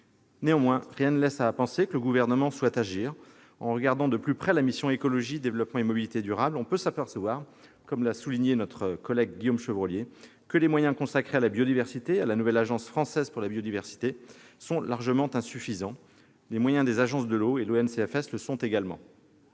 Néanmoins, rien ne laisse à penser que le Gouvernement souhaite agir. En regardant de plus près la mission « Écologie, développement et mobilité durables », on s'aperçoit, comme l'a souligné notre collègue Guillaume Chevrollier, que les moyens consacrés à la biodiversité et à la nouvelle Agence française pour la biodiversité sont largement insuffisants. Les moyens des agences de l'eau et de l'ONCFS le sont également.